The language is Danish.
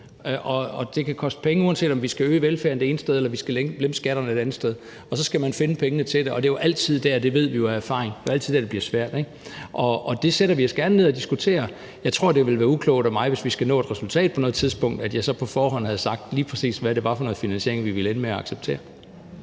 og det kan koste penge, uanset om vi skal øge velfærden det ene sted, eller om vi skal lempe skatterne et andet sted, og så skal man finde pengene til det, og det er jo altid der, det ved vi af erfaring, det bliver svært. Det sætter vi os gerne ned og diskuterer, men jeg tror, det vil være uklogt af mig, hvis vi skal nå et resultat på noget tidspunkt, at jeg så på forhånd havde sagt, lige præcis hvad det var for noget finansiering, vi ville ende med at acceptere.